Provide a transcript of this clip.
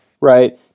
Right